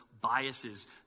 Biases